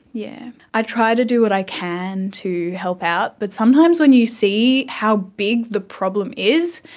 yeah i try to do what i can to help out but sometimes when you see how big the problem is,